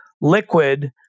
Liquid